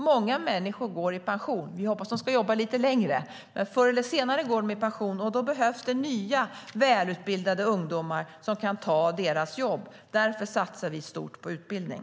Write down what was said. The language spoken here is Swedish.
Många människor går i pension - vi hoppas att de ska jobba lite längre - men förr eller senare går de i pension, och då behövs nya och välutbildade ungdomar som kan ta deras jobb. Därför satsar vi stort på utbildning.